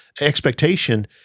expectation